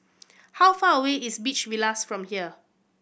how far away is Beach Villas from here